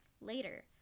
later